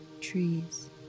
trees